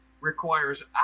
requires